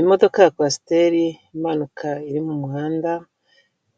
Imodoka ya kwasiteri imanuka iri mu muhanda,